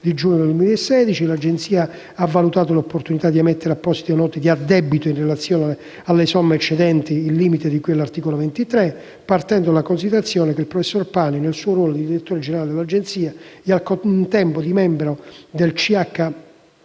l'Agenzia ha valutato l'opportunità di emettere apposite note di addebito in relazione alle somme eccedenti il limite di cui all'articolo 23-*ter*, partendo dalla considerazione che il professor Pani, nel suo ruolo di direttore generale dell'Agenzia e al contempo di membro del CHMP,